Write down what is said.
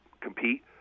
compete